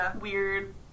weird